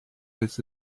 his